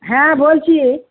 হ্যাঁ বলছি